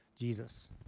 Jesus